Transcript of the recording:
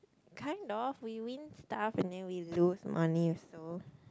kind of we win stuff and then we lose money also